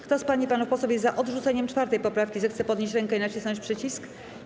Kto z pań i panów posłów jest za odrzuceniem 4. poprawki, zechce podnieść rękę i nacisnąć przycisk.